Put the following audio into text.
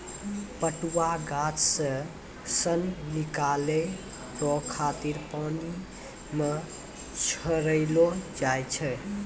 पटुआ गाछ से सन निकालै रो खातिर पानी मे छड़ैलो जाय छै